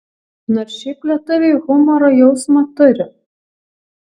nors šiaip lietuviai humoro jausmą turi